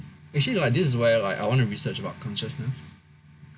actually like this is where like I wanna research about consciousness cause